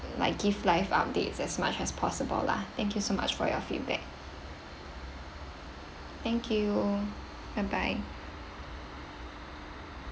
like give live updates as much as possible lah thank you so much for your feedback thank you bye bye